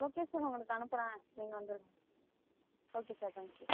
location உங்களுக்கு அனுப்புகிறேன் நீங்கள் வந்துருங்க ஓகே சார் தேங்க் யூ